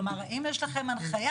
כלומר, אם יש לכם הנחייה,